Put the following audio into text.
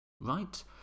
right